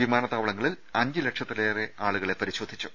വിമാനത്താവളങ്ങളിൽ അഞ്ച് ലക്ഷത്തിലേറെ ആളുകളെ പരിശോധിച്ചു